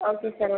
okay sir okay